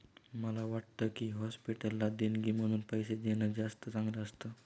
मला वाटतं की, हॉस्पिटलला देणगी म्हणून पैसे देणं जास्त चांगलं असतं